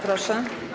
Proszę.